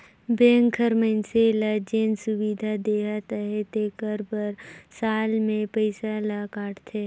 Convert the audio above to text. bank हर मइनसे ल जेन सुबिधा देहत अहे तेकर बर साल में पइसा ल काटथे